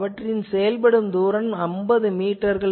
அவற்றின் செயல்படும் தூரம் 50 மீட்டர்கள்